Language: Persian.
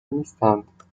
نیستند